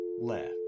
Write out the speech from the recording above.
left